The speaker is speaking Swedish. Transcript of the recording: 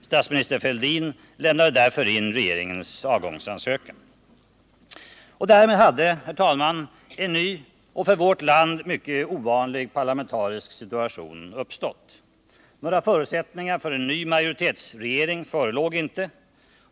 Statsminister Fälldin lämnade därför in regeringens avgångsansökan. Därmed hade en ny och för vårt land mycket ovanlig parlamentarisk situation uppstått. Några förutsättningar för en ny majoritetsregering förelåg inte.